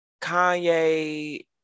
Kanye